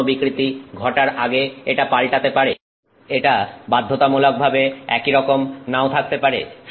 পূর্ণ বিকৃতি ঘটার আগে এটা পাল্টাতে পারে এটা বাধ্যতামূলক ভাবে একইরকম নাও থাকতে পারে